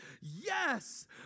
yes